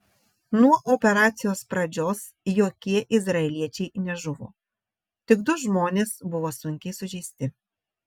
nuo operacijos pradžios jokie izraeliečiai nežuvo tik du žmonės buvo sunkiai sužeisti